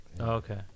Okay